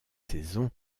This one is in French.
saison